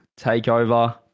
takeover